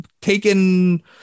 taken